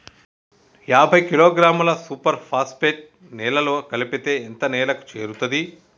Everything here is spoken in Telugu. యాభై కిలోగ్రాముల సూపర్ ఫాస్ఫేట్ నేలలో కలిపితే ఎంత నేలకు చేరుతది?